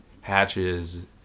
hatches